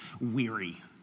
weary